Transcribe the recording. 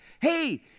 hey